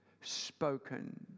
Spoken